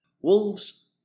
Wolves